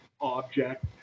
object